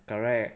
correct